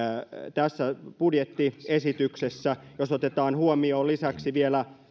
tässä budjettiesityksessä jos otetaan huomioon lisäksi vielä